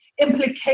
implication